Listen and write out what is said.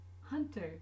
Hunter